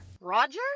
Roger